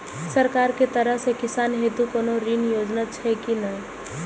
सरकार के तरफ से किसान हेतू कोना ऋण योजना छै कि नहिं?